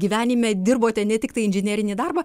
gyvenime dirbote ne tiktai inžinerinį darbą